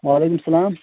وعلیکم السلام